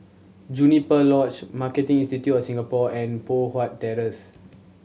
Juniper Lodge Marketing Institute of Singapore and Poh Huat Terrace